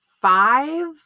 five